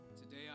Today